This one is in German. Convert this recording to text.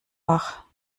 wach